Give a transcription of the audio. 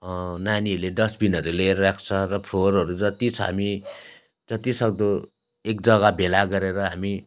नानीहरूले डस्बिनहरू लिएर राख्छ र फोहोरहरू जत्ति छ हामी जतिसक्दो एक जग्गा भेला गरेर हामी